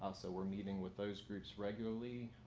ah so we're meeting with those groups regularly.